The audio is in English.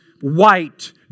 white